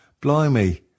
blimey